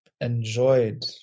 enjoyed